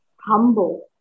Humble